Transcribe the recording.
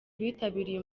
bitabiriye